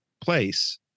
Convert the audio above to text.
place